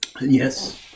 Yes